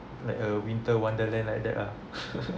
like a winter wonderland like that ah